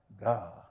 God